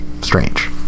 strange